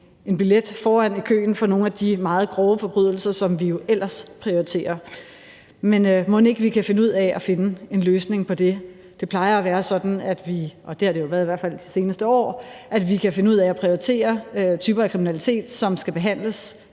en billet foran i køen, foran nogle af de meget grove forbrydelser, som vi jo ellers prioriterer, men mon ikke vi kan finde ud af at finde en løsning på det. Det plejer at være sådan – det har det været i hvert fald de seneste år – at vi kan finde ud af at prioritere typer af kriminalitet, som skal behandles